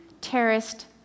terrorist